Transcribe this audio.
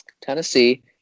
Tennessee